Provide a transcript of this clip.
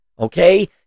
Okay